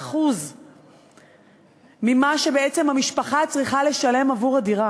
75% ממה שבעצם המשפחה צריכה לשלם עבור הדירה.